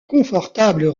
confortables